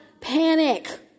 panic